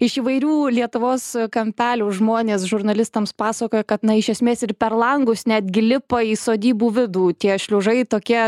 iš įvairių lietuvos kampelių žmonės žurnalistams pasakojo kad na iš esmės ir per langus netgi lipa į sodybų vidų tie šliužai tokie